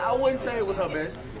ah wouldn't say it was her best.